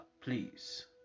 please